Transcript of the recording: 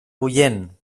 bullent